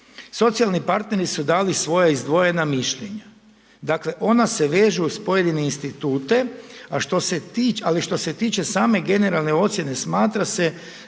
Socijalni partneri su dali svoja izdvojena mišljenja. Dakle, ona se vežu uz pojedine institute, ali što se tiče same generalne ocjene smatra se